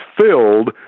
filled